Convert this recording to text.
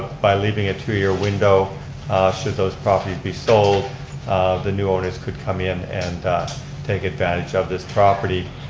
by leaving a two year window should those properties be sold the new owners could come in and take advantage of this property.